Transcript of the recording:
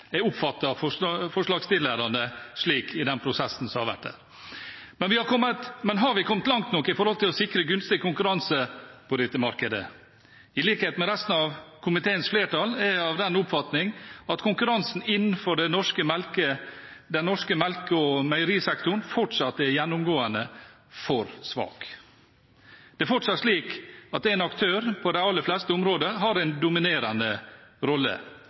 Jeg oppfatter forslagsstillerne slik i den prosessen som har vært. Men har vi kommet langt nok med hensyn til å sikre gunstig konkurranse på dette markedet? I likhet med resten av komiteens flertall er jeg av den oppfatning at konkurransen innenfor den norske melke- og meierisektoren fortsatt er gjennomgående for svak. Det er fortsatt slik at en aktør på de aller fleste områder har en dominerende rolle.